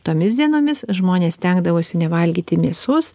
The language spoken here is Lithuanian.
tomis dienomis žmonės stengdavosi nevalgyti mėsos